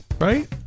right